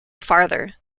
farther